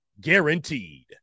guaranteed